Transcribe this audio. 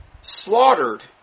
slaughtered